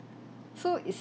so it's